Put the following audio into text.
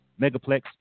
Megaplex